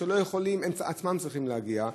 הם עצמם צריכים להגיע,